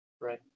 Right